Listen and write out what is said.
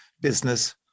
business